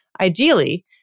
Ideally